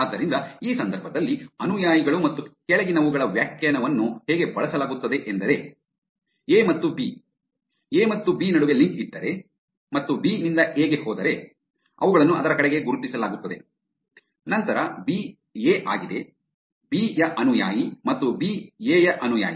ಆದ್ದರಿಂದ ಈ ಸಂದರ್ಭದಲ್ಲಿ ಅನುಯಾಯಿಗಳು ಮತ್ತು ಕೆಳಗಿನವುಗಳ ವ್ಯಾಖ್ಯಾನವನ್ನು ಹೇಗೆ ಬಳಸಲಾಗುತ್ತದೆ ಎಂದರೆ ಎ ಮತ್ತು ಬಿ ಎ ಮತ್ತು ಬಿ ನಡುವೆ ಲಿಂಕ್ ಇದ್ದರೆ ಮತ್ತು ಬಿ ನಿಂದ ಎ ಗೆ ಹೋದರೆ ಅವುಗಳನ್ನು ಅದರ ಕಡೆಗೆ ಗುರುತಿಸಲಾಗುತ್ತದೆ ನಂತರ ಬಿ ಎ ಆಗಿದೆ ಬಿ ಯ ಅನುಯಾಯಿ ಮತ್ತು ಬಿ ಎ ಯ ಅನುಯಾಯಿ